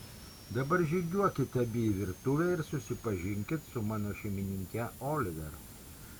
dabar žygiuokit abi į virtuvę ir susipažinkit su mano šeimininke oliver